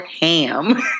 ham